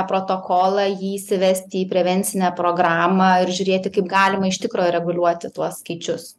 protokolą jį įsivesti į prevencinę programą ir žiūrėti kaip galima iš tikro reguliuoti tuos skaičius